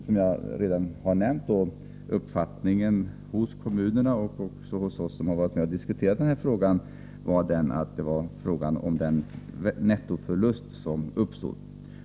Som jag redan har nämnt var uppfattningen hos kommuner na och hos oss som har varit med och diskuterat den här frågan den, att det gäller den nettoförlust som kan uppstå.